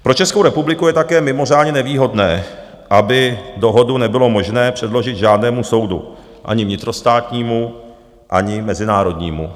Pro Českou republiku je také mimořádně nevýhodné, aby dohodu nebylo možné předložit žádnému soudu ani vnitrostátnímu, ani mezinárodnímu.